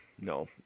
No